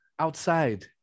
outside